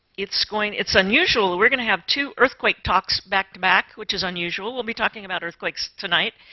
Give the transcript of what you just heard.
it's going it's unusual. we're going to have two earthquake talks back to back, which is unusual. we'll be talking about earthquakes tonight.